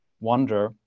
wonder